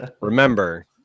Remember